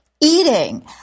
eating